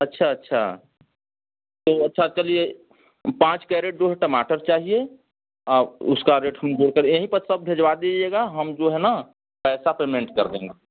अच्छा अच्छा तो अच्छा चलिए पाँच कैरेट जो है टमाटर चाहिए और उसका रेट हम जोड़कर यहीं पर सब भिजवा दीजिएगा हम जो है न पैसा पेमेंट कर देंगे